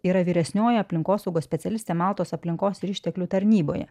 yra vyresnioji aplinkosaugos specialistė maltos aplinkos ir išteklių tarnyboje